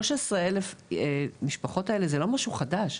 13,000 המשפחות שממתינות זה לא משהו שהוא חדש,